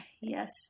Yes